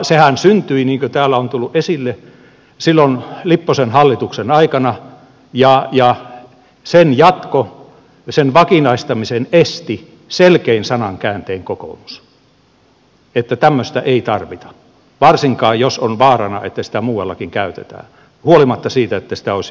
sehän syntyi niin kuin täällä on tullut esille silloin lipposen hallituksen aikana ja sen jatkon sen vakinaistamisen esti selkein sanankääntein kokoomus että tämmöistä ei tarvita varsinkaan jos on vaarana että sitä muuallakin käytetään huolimatta siitä että sitä olisi jossain haluttu